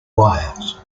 wires